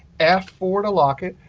f four to lock it,